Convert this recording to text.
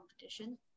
competition